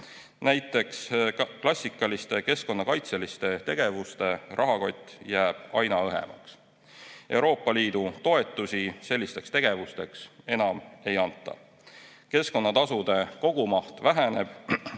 Näiteks klassikaliste keskkonnakaitseliste tegevuste rahakott jääb aina õhemaks. Euroopa Liidu toetusi sellisteks tegevusteks enam ei anta. Keskkonnatasude kogumaht väheneb